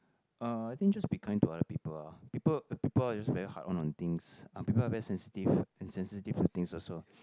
uh I think just be kind to other people ah people people are just very hard one on things ah people are very sensitive and sensitive for things also